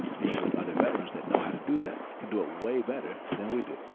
being with other veterans that know how to do that can do it way better than we do.